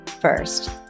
first